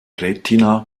retina